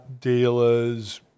dealers